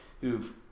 who've